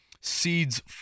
Seeds